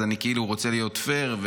אז אני כאילו רוצה להיות פייר,